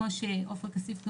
כמוש אמר חבר הכנסת כסיף,